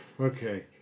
okay